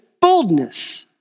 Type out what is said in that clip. boldness